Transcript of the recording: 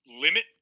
limit